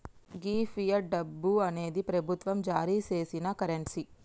గీ fiat డబ్బు అనేది ప్రభుత్వం జారీ సేసిన కరెన్సీ